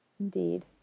Indeed